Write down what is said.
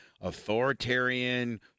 authoritarian